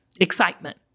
excitement